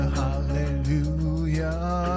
hallelujah